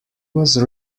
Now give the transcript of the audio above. was